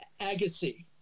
Agassi